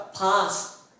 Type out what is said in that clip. pass